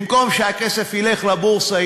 במקום שהכסף ילך לבורסה,